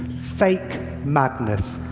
fake madness.